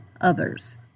others